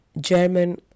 German